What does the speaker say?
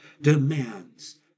demands